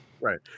Right